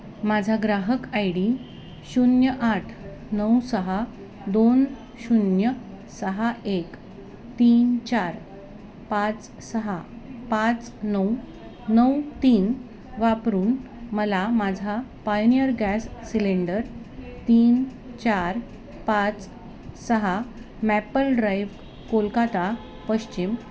माझा ग्राहक I D शून्य आठ नऊ सहा दोन शून्य सहा एक तीन चार पाच सहा पाच नऊ नऊ तीन वापरून मला माझा पायनिअर गॅस सिलेंडर तीन चार पाच सहा मॅपल ड्राइव्ह कोलकाता पश्चिम